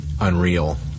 Unreal